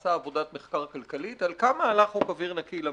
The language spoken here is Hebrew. עשה עבודת מחקר כלכלית על כמה עלה חוק אוויר נקי למשק.